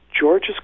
George's